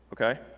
okay